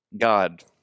God